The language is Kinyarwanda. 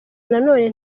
nanone